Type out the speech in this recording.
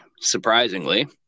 surprisingly